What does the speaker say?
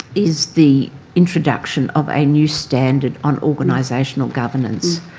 is the introduction of a new standard on organisational governance.